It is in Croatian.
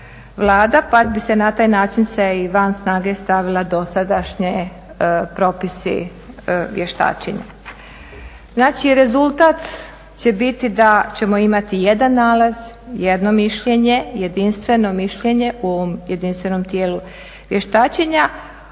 pa bi se na taj način se i van snage stavila dosadašnje propise vještačenja. Znači rezultat će biti da ćemo imati jedan nalaz, jedno mišljenje, jedinstveno mišljenje u ovom jedinstvenom tijelu vještačenja,